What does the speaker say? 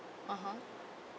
(uh huh)